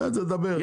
בסדר, דבר.